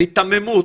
זה היתממות.